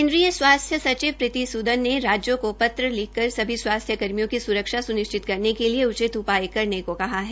केन्द्रीय स्वास्थ्य सचिव प्रीति सूदन ने राज्यों को पत्र लिखकर सभी स्वास्थ्य कर्मियों की स्रक्षा स्निश्चित करने के लिए उचित उपाय करने को कहा है